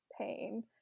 pain